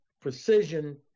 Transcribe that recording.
precision